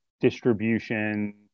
distribution